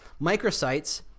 microsites